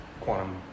quantum